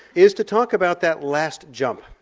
is to talk about that last jump,